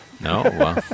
no